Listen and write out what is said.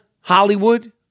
Hollywood